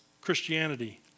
Christianity